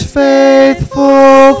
faithful